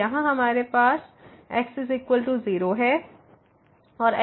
तो यहाँ हमारे पास x 0 है और x2 y फिर से x2 है